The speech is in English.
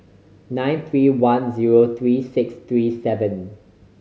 nine three one zero three six three seven